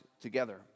together